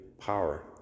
power